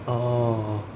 orh